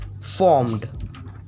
formed